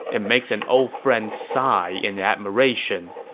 it makes an old friend sigh in admiration.